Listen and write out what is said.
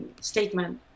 Statement